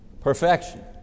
perfection